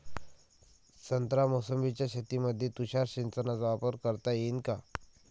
संत्रा मोसंबीच्या शेतामंदी तुषार सिंचनचा वापर करता येईन का?